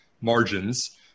margins